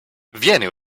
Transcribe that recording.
viene